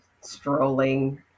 strolling